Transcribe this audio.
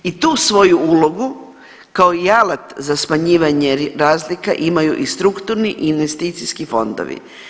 I tu svoju ulogu kao i alat za smanjivanje razlika imaju i strukturni i investicijski fondovi.